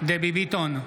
דבי ביטון,